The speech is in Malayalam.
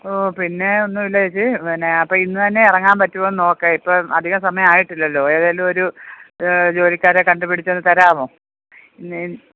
ഓ പിന്നെ ഒന്നുമില്ല ചേച്ചി പിന്നെ അപ്പം ഇന്ന് തന്നെ ഇറങ്ങാൻ പറ്റുമോ എന്ന് നോക്ക് ഇപ്പം അധിക സമയം ആയിട്ടില്ലല്ലോ ഏതേലു ഒരു ജോലിക്കാരെ കണ്ടു പിടിച്ചൊന്ന് തരാമോ ഇന്ന്